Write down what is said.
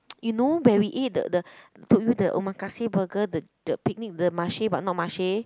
you know where we eat the the told you the Omakase burger the the picnic the Marche but not Marche